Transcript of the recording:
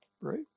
right